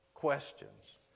Questions